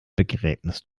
begräbnis